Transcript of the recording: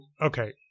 okay